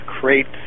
crates